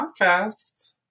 Podcasts